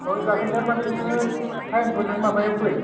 औ जागोन दे माने नोङो टाइमखौ नों माबायाव फै